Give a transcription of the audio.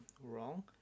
wrong